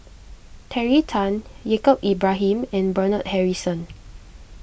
Terry Tan Yaacob Ibrahim and Bernard Harrison